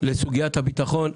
בסוגיית הביטחון.